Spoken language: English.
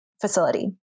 facility